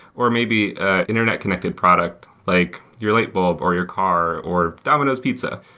or maybe an internet connected product, like your light bulb or your car or domino's pizza.